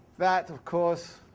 that, of course,